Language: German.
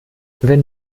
wenn